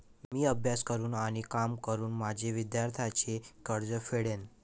मी अभ्यास करून आणि काम करून माझे विद्यार्थ्यांचे कर्ज फेडेन